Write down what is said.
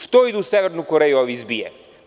Što idu u Severnu Koreju ovi iz BIA?